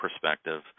perspective